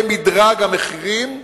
במדרג המחירים,